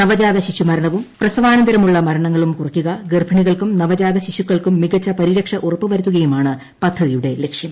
നവജാത ശിശുമരണവും പ്രസവാനന്ത്രിമുള്ള മരണങ്ങളും കുറയ്ക്കുക ഗർഭിണികൾക്കും നവജാത് ശ്രിശ്രുക്കൾക്കും മികച്ച പരിരക്ഷ ഉറപ്പു വരുത്തുകയുമാണ് പദ്ധതിയുട്ടെ ലക്ഷ്യം